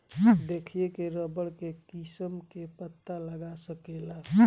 देखिए के रबड़ के किस्म के पता लगा सकेला